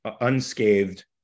unscathed